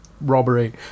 robbery